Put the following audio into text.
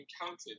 encountered